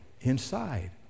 inside